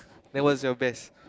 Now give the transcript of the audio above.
then what's your best